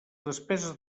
despeses